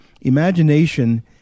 imagination